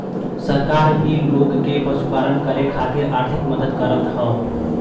सरकार भी लोग के पशुपालन करे खातिर आर्थिक मदद करत हौ